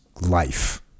life